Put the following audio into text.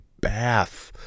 bath